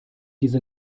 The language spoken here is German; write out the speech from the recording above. diese